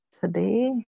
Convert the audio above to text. today